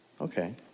Okay